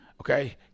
Okay